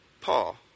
Paul